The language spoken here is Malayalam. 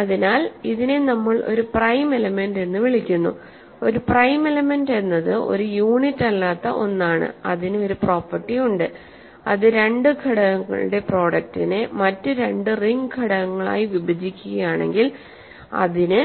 അതിനാൽ ഇതിനെ നമ്മൾ ഒരു പ്രൈം എലമെന്റ് എന്ന് വിളിക്കുന്നു ഒരു പ്രൈം എലമെന്റ് എന്നത് ഒരു യൂണിറ്റ് അല്ലാത്ത ഒന്നാണ് അതിന് ഒരു പ്രോപ്പർട്ടി ഉണ്ട് അത് രണ്ട് ഘടകങ്ങളുടെ പ്രൊഡക്ടിനെ മറ്റ് രണ്ട് റിംഗ് ഘടകങ്ങളായി വിഭജിക്കുകയാണെങ്കിൽഅതിന്